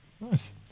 Nice